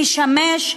שמשמש,